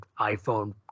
iPhone